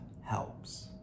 helps